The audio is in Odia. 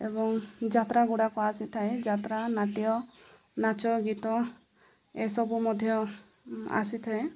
ଏବଂ ଯାତ୍ରା ଗୁଡ଼ାକ ଆସିଥାଏ ଯାତ୍ରା ନାଟ୍ୟ ନାଚ ଗୀତ ଏସବୁ ମଧ୍ୟ ଆସିଥାଏ